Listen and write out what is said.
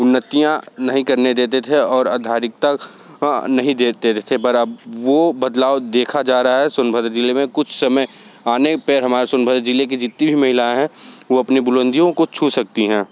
उन्नतियाँ नहीं करने देते थे और आधारिक्ता नहीं देते थे पर अब वह बदलाव देखा जा रहा है सोनभद्र ज़िले में कुछ समय आने पे हमारे सोनभद्र ज़िले की जितनी भी महिला है वह अपनी बुलंदियों को छू सकती हैं